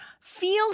feel